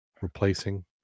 replacing